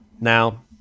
Now